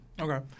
Okay